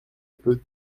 peu